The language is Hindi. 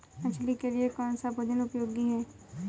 मछली के लिए कौन सा भोजन उपयोगी है?